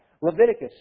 Leviticus